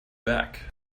back